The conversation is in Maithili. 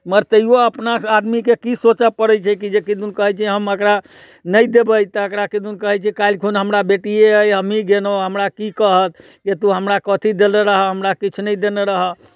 मगर तैयो अपना आदमीके की सोचऽ पड़ैत छै कि जेकि किदुन कहैत छै हम एकरा नहि देबै तऽ एकरा किदुन कहैत छै काल्हि खुन हमरा बेटिए अइ हमही गेलहुँ हमरा की कहत जे तु हमरा कथी देलऽ हमरा किछु नहि देने रहऽ